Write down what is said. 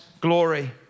glory